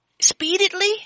speedily